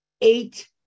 eight